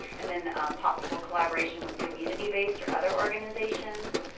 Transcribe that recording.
and then possible collaboration with community based or other organizations.